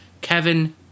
Kevin